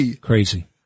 Crazy